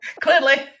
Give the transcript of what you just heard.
Clearly